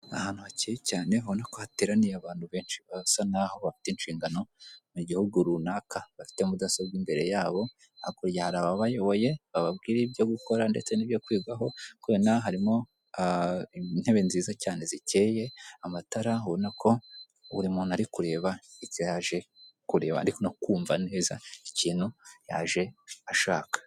Ahantu hakeye cyane ubona ko hateraniye abantu benshi basa naho bafite inshingano mu gihugu runaka bafite mudasobwa imbere yabo hakurya hari ababayoboye bababwira ibyo gukora ndetse n'ibyo kwigwaho harimo intebe nziza cyane zikeye amatara ubona ko buri muntu Ari kureba icyo yaje kureba ari no kumva neza ikintu yaje ashaka.